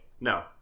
No